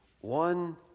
One